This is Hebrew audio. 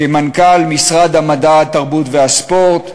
כמנכ"ל משרד המדע, התרבות והספורט,